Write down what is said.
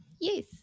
Yes